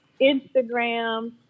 Instagram